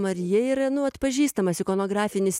marija yra nu atpažįstamas ikonografinis